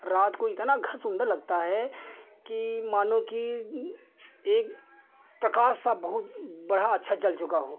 रात को इतना घर सुन्दर लगता है कि मानो कि एक प्रकाश सा बहुत बड़ा अच्छा जल चुका हो